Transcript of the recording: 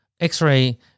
X-ray